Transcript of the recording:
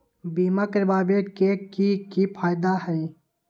बीमा करबाबे के कि कि फायदा हई?